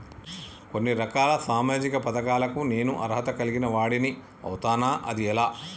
కొన్ని రకాల సామాజిక పథకాలకు నేను అర్హత కలిగిన వాడిని అవుతానా? అది ఎలా?